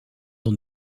dans